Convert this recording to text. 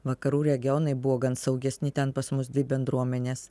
vakarų regionai buvo gan saugesni ten pas mus dvi bendruomenės